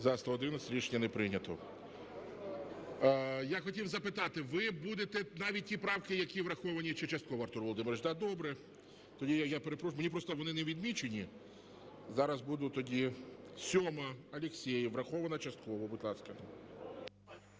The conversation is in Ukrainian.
За-111 Рішення не прийнято. Я хотів запитати, ви будете навіть ті правки, які враховані частково, Артур Володимирович, да? Добре. Тоді я перепрошую, просто вони не відмічені, зараз буду тоді… 7-а, Алєксєєв. Врахована частково. Будь ласка.